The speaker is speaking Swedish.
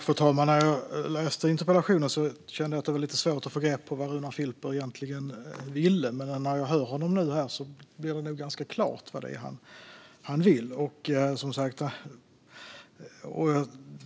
Fru talman! När jag läste interpellationen kände jag att det var lite svårt att få grepp om vad Runar Filper egentligen ville, men när jag hör honom här blir det klart vad han vill.